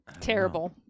terrible